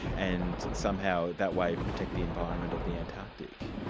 and somehow that way protect the environment of the antarctic.